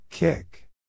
Kick